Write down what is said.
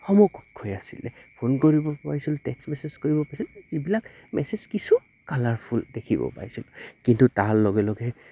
সমকক্ষয়ে আছিলে ফোন কৰিব পাৰিছিলোঁ টেক্সট মেছেজ কৰিব পাৰিছিলোঁ যিবিলাক মেছেজ কিছু কালাৰফুল দেখিব পাইছিলোঁ কিন্তু তাৰ লগে লগে